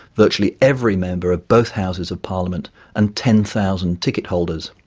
virtually every member of both houses of parliament and ten thousand ticket holders.